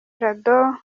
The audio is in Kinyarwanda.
jado